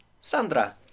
Sandra